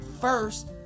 first